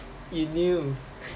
you knew